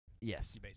Yes